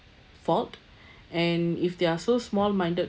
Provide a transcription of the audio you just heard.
fault and if they're so small-minded